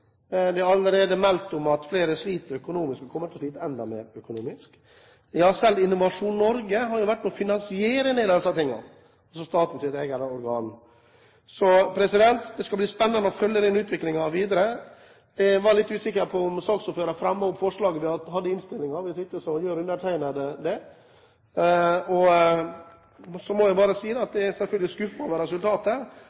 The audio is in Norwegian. De føler seg nok rimelig lurt i dag. Mange kommer til å tape store penger. Det er allerede meldt om at flere sliter økonomisk og kommer til å slite enda mer. Ja, selv Innovasjon Norge har vært med på å finansiere en del av disse tingene, altså statens eget organ. Det skal bli spennende å følge denne utviklingen videre. Jeg er litt usikker på om saksordføreren fremmet forslaget vi har i innstillingen. Hvis ikke gjør undertegnede det. Så må jeg bare si at